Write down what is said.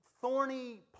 thorny